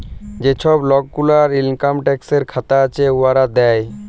যে ছব লক গুলার ইলকাম ট্যাক্সের খাতা আছে, উয়ারা দেয়